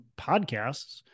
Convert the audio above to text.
podcasts